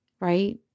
right